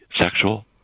sexual